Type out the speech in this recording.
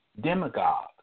demagogue